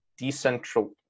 decentral